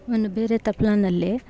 ಒಂದು ಬೇರೆ ತಪ್ಲೆಯಲ್ಲಿ